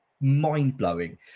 mind-blowing